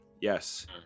Yes